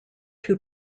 two